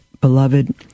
beloved